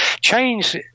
change